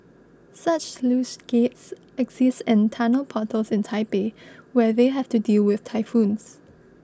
such sluice gates exist in tunnel portals in Taipei where they have to deal with typhoons